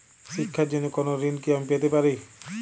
শিক্ষার জন্য কোনো ঋণ কি আমি পেতে পারি?